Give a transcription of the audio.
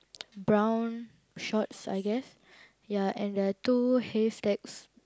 brown shorts I guess ya and there are two haystacks